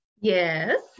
yes